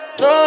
no